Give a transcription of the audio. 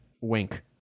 Wink